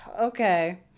Okay